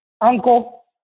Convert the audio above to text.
uncle